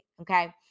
Okay